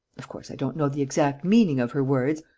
of course, i don't know the exact meaning of her words.